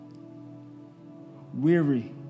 Weary